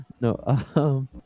no